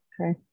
Okay